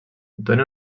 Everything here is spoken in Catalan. dóna